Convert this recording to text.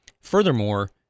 Furthermore